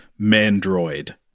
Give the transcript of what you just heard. Mandroid